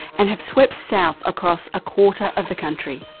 and have swept south across a quarter of the country,